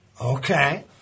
Okay